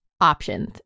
options